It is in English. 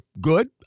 good